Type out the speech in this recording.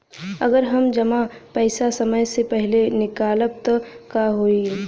अगर हम जमा पैसा समय से पहिले निकालब त का होई?